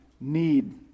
need